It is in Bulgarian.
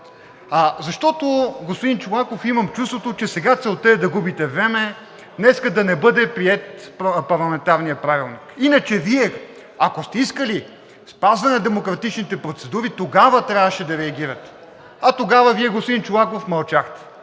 Защото, господин Чолаков, имам чувството, че сега целта е да губите време, днес да не бъде приет парламентарният Правилник. Иначе Вие, ако сте искали спазване на демократичните процедури, тогава трябваше да реагирате. Тогава, господин Чолаков, мълчахте,